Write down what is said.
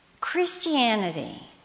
Christianity